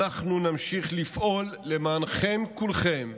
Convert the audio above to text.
ואנחנו נמשיך לפעול למענכם כולכם,